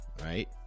right